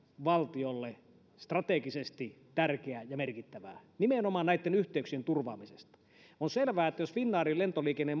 valtiolle strategisesti tärkeää ja merkittävää nimenomaan näitten yhteyksien turvaamiseksi on selvää että jos finnairin lentoliikenne